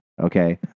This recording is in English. Okay